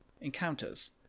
encounters